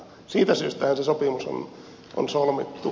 siitä syystähän se sopimus on solmittu